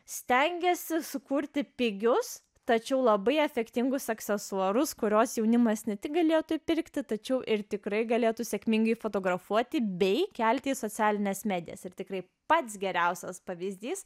stengiasi sukurti pigius tačiau labai efektingus aksesuarus kuriuos jaunimas ne tik galėtų pirkti tačiau ir tikrai galėtų sėkmingai fotografuoti bei kelti socialines medijas ir tikrai pats geriausias pavyzdys